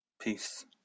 Peace